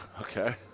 Okay